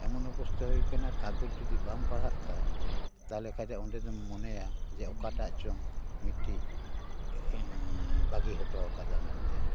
ᱮᱢᱚᱱ ᱚᱵᱚᱥᱛᱷᱟ ᱦᱩᱭ ᱟᱠᱟᱱᱟ ᱠᱟᱜᱚᱡᱽ ᱡᱚᱫᱤ ᱵᱟᱢ ᱯᱟᱲᱦᱟᱜ ᱠᱷᱟᱱ ᱛᱟᱦᱚᱞᱮ ᱠᱷᱟᱱ ᱚᱸᱰᱮ ᱫᱚᱢ ᱢᱚᱱᱮᱭᱟ ᱡᱮ ᱚᱠᱟᱴᱟᱜ ᱪᱚᱝ ᱢᱤᱫᱴᱮᱱᱤᱧ ᱵᱟᱹᱜᱤ ᱦᱚᱴᱚᱣᱟᱠᱟᱫᱟ ᱢᱮᱱᱛᱮ